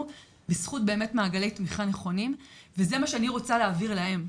בזכות באמת מעגלי תמיכה נכונים וזה מה שאני רוצה להעביר להם.